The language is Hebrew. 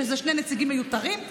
שאלה שני נציגים מיותרים,